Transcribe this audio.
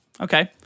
Okay